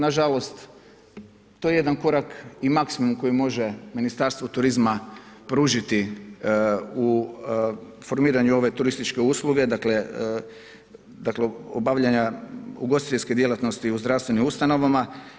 Nažalost, to je jedan korak i maksimum koji može Ministarstvo turizma pružiti u formiranju ove turističke usluge, dakle obavljanja ugostiteljske djelatnosti u zdravstvenim ustanovama.